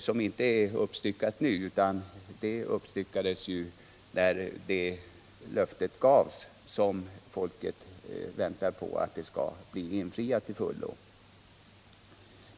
Det har inte uppstyckats nu — det gjordes ju när det löfte gavs som folket i Vindelådalen fortfarande väntar på skall bli infriat till fullo.